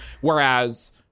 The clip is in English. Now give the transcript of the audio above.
Whereas